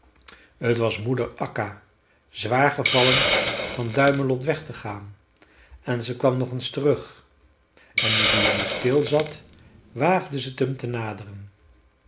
het was moeder akka zwaar gevallen van duimelot weg te gaan en ze kwam nog eens terug en nu de jongen stil zat waagde ze t hem te naderen